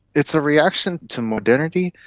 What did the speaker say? it's a reaction to modernity,